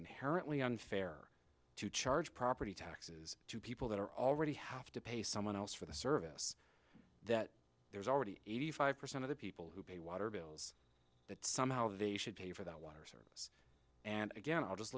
inherently unfair to charge property taxes two people that are already have to pay someone else for the service that there's already eighty five percent of the people who pay water bills that somehow they should pay for that water and again i'll just